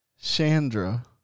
Chandra